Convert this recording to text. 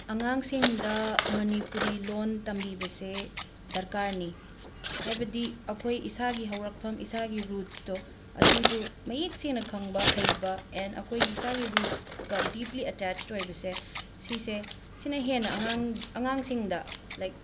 ꯑꯉꯥꯡꯁꯤꯡꯗ ꯃꯅꯤꯄꯨꯔꯤ ꯂꯣꯟ ꯇꯝꯕꯤꯕꯁꯦ ꯗꯔꯀꯥꯔꯅꯤ ꯍꯥꯏꯕꯗꯤ ꯑꯩꯈꯣꯏ ꯏꯁꯥꯒꯤ ꯍꯧꯔꯛꯐꯝ ꯏꯁꯥꯒꯤ ꯔꯨꯠꯁꯇꯣ ꯑꯗꯨꯗꯣ ꯃꯌꯦꯛ ꯁꯦꯡꯅ ꯈꯪꯕ ꯍꯩꯕ ꯑꯦꯟ ꯑꯩꯈꯣꯏꯒꯤ ꯏꯁꯥꯒꯤ ꯔꯨꯠꯁꯀ ꯗꯤꯞꯂꯤ ꯑꯇꯦꯆꯠ ꯑꯣꯏꯕꯁꯦ ꯁꯤꯁꯦ ꯁꯤꯅ ꯍꯦꯟꯅ ꯑꯉꯥꯡ ꯑꯉꯥꯡꯁꯤꯡꯗ ꯂꯥꯏꯛ